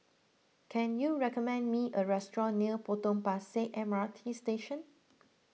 can you recommend me a restaurant near Potong Pasir M R T Station